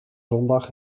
zondag